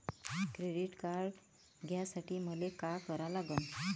Credit card घ्यासाठी मले का करा लागन?